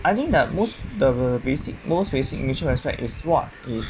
I think the most the basic most basic mutual respect is what if